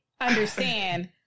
understand